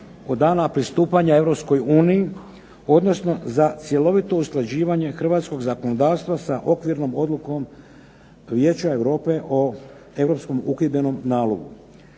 od dana pristupanja Europskoj uniji, odnosno za cjelovito usklađivanje Hrvatskog zakonodavstva sa okvirnom odlukom Vijeća Europe o Europskom uhidbenom nalogu.